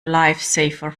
lifesaver